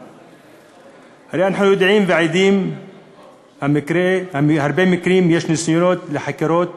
אנחנו יודעים ועדים שבהרבה מקרים יש ניסיונות לחקירות